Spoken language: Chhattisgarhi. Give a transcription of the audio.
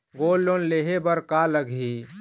गोल्ड लोन लेहे बर का लगही?